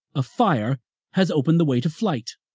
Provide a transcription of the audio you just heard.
a fire has opened the way to flight.